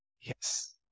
Yes